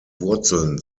wurzeln